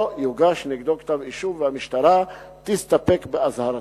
לא יוגש נגדו כתב אישום, והמשטרה תסתפק באזהרתו.